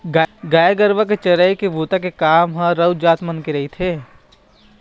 गाय गरुवा के चरई के बूता के काम ह राउत जात मन के रहिथे